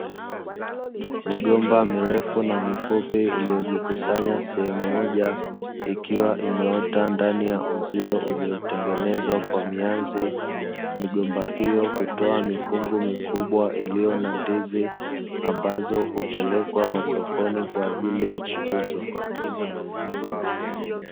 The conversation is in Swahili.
Migomba mirefu na mifupi iliyojikusanya sehemu moja ikiwa imeota ndani ya uzio uliotengenezwa kwa mianzi, migomba hiyo hutoa mikungu mikubwa iliyo na ndizi ambazo hupelekwa masokoni kwa ajili ya kuuzwa.